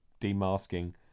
demasking